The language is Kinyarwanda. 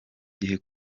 gihe